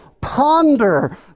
ponder